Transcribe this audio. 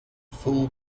full